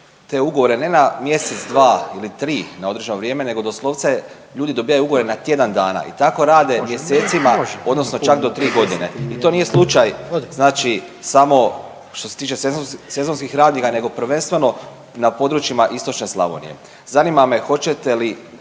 te ugovore ne na mjesec dva ili tri na određeno vrijeme, nego doslovce ljudi dobivaju ugovore na tjedan dana. I tako rade mjesecima, odnosno čak do tri godine i to nije slučaj znači samo što se tiče sezonskih radnika, nego prvenstveno na područjima istočne Slavonije. Zanima me hoćete li